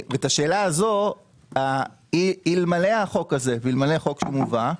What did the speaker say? ואת השאלה הזאת אלמלא החוק הזה והחוק שמובא,